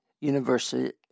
University